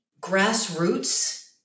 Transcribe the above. grassroots